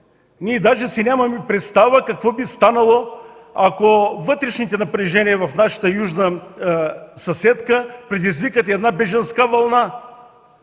Даже си нямаме представа какво би станало, ако вътрешното напрежение в нашата южна съседка предизвика бежанска вълна!